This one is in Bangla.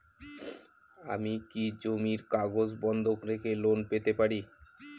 আমি কি জমির কাগজ বন্ধক রেখে লোন পেতে পারি?